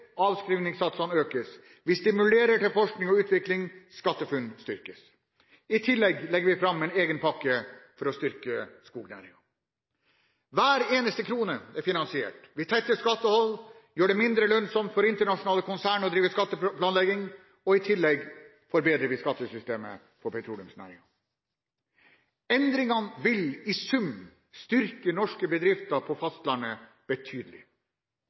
økes. Vi stimulerer til forskning og utvikling. SkatteFUNN styrkes. I tillegg legger vi fram en egen pakke for å styrke skognæringen. Hver eneste krone er finansiert. Vi tetter skattehull og gjør det mindre lønnsomt for internasjonale konsern å drive skatteplanlegging. I tillegg forbedrer vi skattesystemet for petroleumsnæringen. Endringene vil i sum styrke norske bedrifter på fastlandet betydelig.